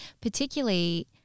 Particularly